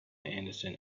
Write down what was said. anderson